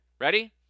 Ready